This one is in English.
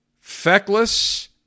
feckless